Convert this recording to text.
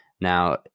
Now